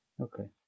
okay